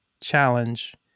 challenge